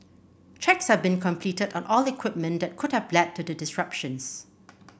checks have been completed on all equipment that could have led to the disruptions